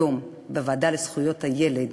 היום בוועדה לזכויות הילד,